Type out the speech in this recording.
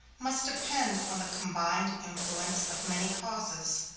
must depend on the combined influence of many causes,